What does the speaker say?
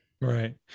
Right